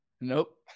Nope